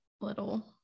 little